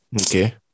okay